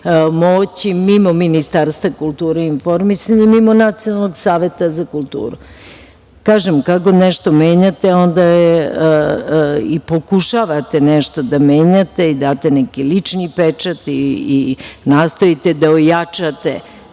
moći mimo Ministarstva kulture i informisanja, mimo Nacionalnog saveta za kulturu. Kažem, kad god nešto menjate, pokušavate nešto da menjate, date neki lični pečat i nastojite da ojačate